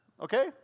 okay